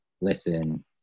listen